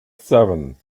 seven